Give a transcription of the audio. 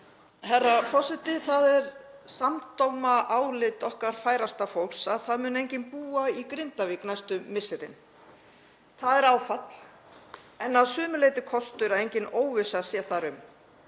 Herra forseti. Það er samdóma álit okkar færasta fólks að það muni enginn búa í Grindavík næstu misserin. Það er áfall en að sumu leyti kostur að engin óvissa sé þar um